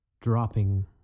dropping